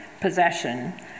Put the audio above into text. possession